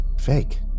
fake